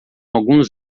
alguns